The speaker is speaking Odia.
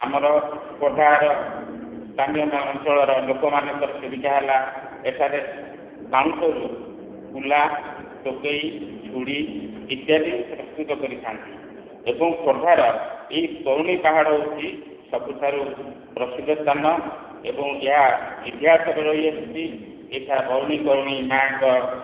ଆମର ଖୋର୍ଦ୍ଧାର ସ୍ଥାନୀୟ ଅଞ୍ଚଳର ଲୋକମାନଙ୍କର ଜୀବିକା ହେଲା ଏଠାରେ ବାଉଁଶରୁ କୁଲା ଟୋକେଇ ଝୁଡ଼ି ଇତ୍ୟାଦି ପ୍ରସ୍ତୁତ କରିଥାନ୍ତି ଏବଂ ଖୋର୍ଦ୍ଧାର ଏଇ ବରୁଣେଇ ପାହାଡ଼ ହେଉଛି ସବୁଠାରୁ ପ୍ରସିଦ୍ଧ ସ୍ଥାନ ଏବଂ ଏହା ଇତିହାସରେ ରହିଆସିଛି ଏଠା ବରୁଣେଇ କରୁଣେଇ ମା'ଙ୍କ